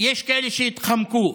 יש כאלה שהתחמקו.